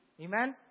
Amen